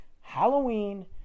Halloween